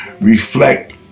reflect